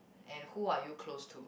and who are you close to